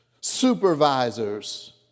supervisors